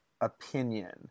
opinion